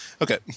Okay